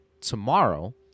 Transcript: tomorrow